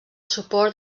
suport